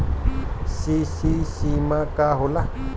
CC सीमा का होला?